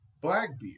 Blackbeard